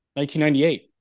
1998